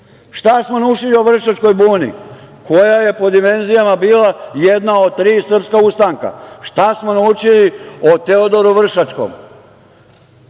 Šta smo naučili o Vršačkoj buni, koja je po dimenzijama bila jedna od tri srpska ustanka? Šta smo naučili o Teodoru Vršačkom?